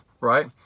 right